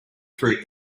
fruit